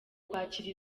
kwakira